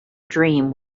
dream